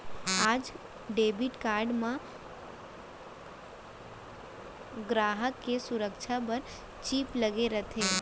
आज debit card म गराहक के सुरक्छा बर चिप लगे रथे